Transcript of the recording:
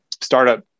startup